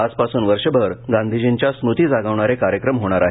आजपासून वर्षभर गांधीर्जींच्या स्मृती जागवणारे कार्यक्रम होणार आहेत